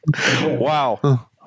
Wow